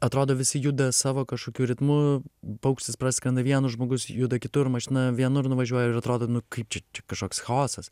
atrodo visi juda savo kažkokiu ritmu paukštis praskrenda vienas žmogus juda kitur mašina vienur nuvažiuoja ir atrodo nu kaip čia kažkoks chaosas